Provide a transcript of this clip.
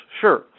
sure